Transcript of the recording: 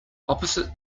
opposite